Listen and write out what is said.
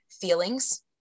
feelings